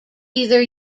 either